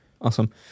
Awesome